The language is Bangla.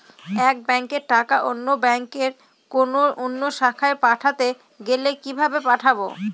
এক ব্যাংকের টাকা অন্য ব্যাংকের কোন অন্য শাখায় পাঠাতে গেলে কিভাবে পাঠাবো?